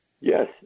Yes